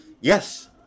Yes